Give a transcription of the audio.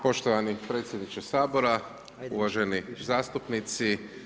Poštovani predsjedniče Sabora, uvaženi zastupnici.